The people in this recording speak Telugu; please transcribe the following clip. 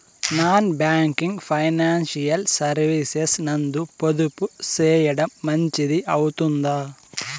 నాన్ బ్యాంకింగ్ ఫైనాన్షియల్ సర్వీసెస్ నందు పొదుపు సేయడం మంచిది అవుతుందా?